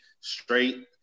straight